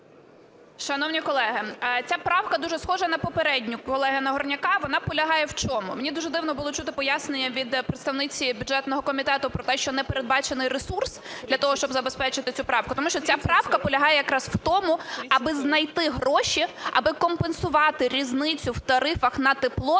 Шановні колеги, ця правка дуже схожа на попередню колеги Нагорняка, вона полягає в чому. Мені дуже дивно було чути пояснення від представниці бюджетного комітету про те, що не передбачений ресурс для того, щоб забезпечити цю правку. Тому що ця правка полягає якраз в тому, аби знайти гроші аби компенсувати різницю в тарифах на тепло